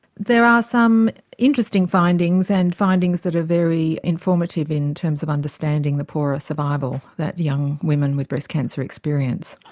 there are some interesting findings and findings that are very informative in terms of understanding the poorer survival that young women with breast cancer experience.